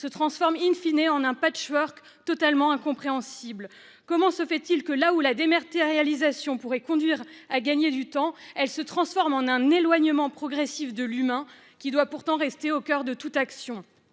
se transforme en un patchwork totalement incompréhensible ? Comment se fait-il que, là où la dématérialisation pourrait conduire à gagner du temps, elle se transforme en un éloignement progressif de l'humain, qui doit pourtant rester au coeur de toute action ?